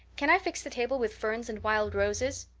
can i fix the table with ferns and wild roses?